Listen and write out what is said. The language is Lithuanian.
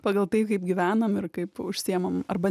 pagal tai kaip gyvenam ir kaip užsiimam arba